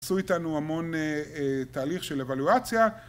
עשו איתנו המון תהליך של אבלואציה